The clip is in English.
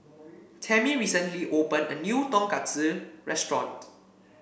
Tammi recently opened a new Tonkatsu restaurant